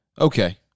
Okay